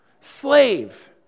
Slave